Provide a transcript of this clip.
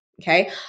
Okay